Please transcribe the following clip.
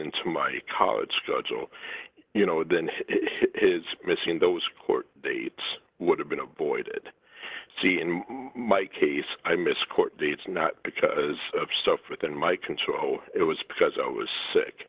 nto my college schedule you know then it's missing those court they would have been avoided see in my case i miss court dates not because of stuff within my control it was because i was sick